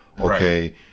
Okay